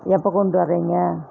எப்போ கொண்டுட்டு வரீங்க